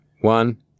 one